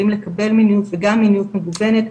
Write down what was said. כלים לקבל מיניות וגם מיניות מגוונת,